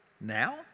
now